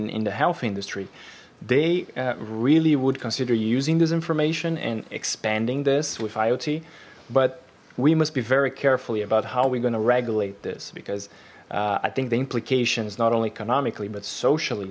in the health industry they really would consider using this information and expanding this with iot but we must be very carefully about how we're gonna regulate this because i think the implications not only economically but socially